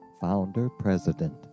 founder-president